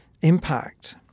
impact